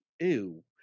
Ew